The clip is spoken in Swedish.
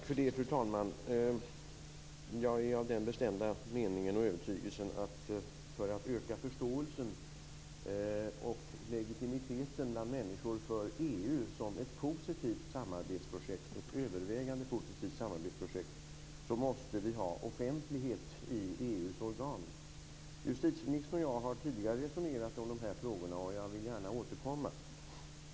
Fru talman! Jag är av den bestämda meningen och övertygelsen att för att öka förståelsen och legitimiteten bland människor för EU som ett övervägande positivt samarbetsprojekt måste vi ha offentlighet i EU:s organ. Justitieministern och jag har tidigare resonerat om de här frågorna, och jag vill gärna återkomma.